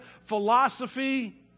philosophy